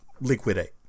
liquidate